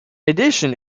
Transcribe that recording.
addition